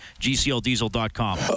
GCLDiesel.com